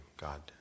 God